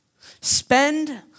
Spend